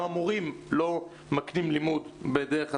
גם המורים לא מלמדים דרך הטאבלט.